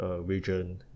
region